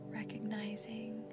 recognizing